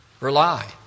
Rely